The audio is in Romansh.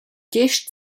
gest